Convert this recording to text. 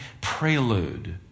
prelude